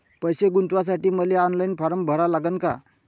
पैसे गुंतवासाठी मले ऑनलाईन फारम भरा लागन का?